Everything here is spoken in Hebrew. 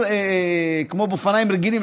כמו באופניים רגילים,